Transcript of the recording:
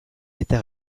eta